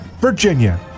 Virginia